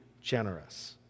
generous